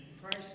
Christ